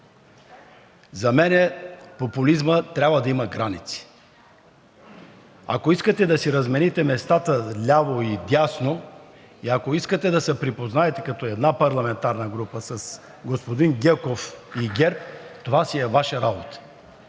За мен популизмът трябва да има граници. Ако искате да си размените местата – ляво и дясно, и ако искате да се припознаете като една парламентарна група с господин Гьоков и ГЕРБ, това си е Ваша работа,